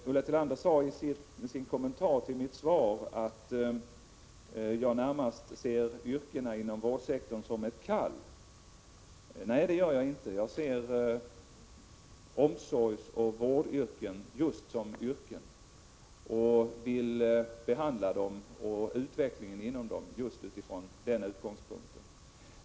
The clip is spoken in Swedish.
Ulla Tillander sade i sin kommentar till mitt svar att jag närmast ser yrkena inom vårdsektorn som ett kall. Det gör jag inte — jag ser omsorgsoch vårdyrken just som yrken och vill behandla dem och utvecklingen inom detta yrkesområde just från den utgångspunkten.